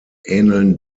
ähneln